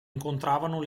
incontravano